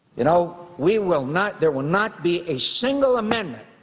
you know, we will not there will not be a single amendment,